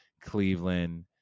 Cleveland